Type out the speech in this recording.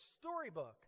storybook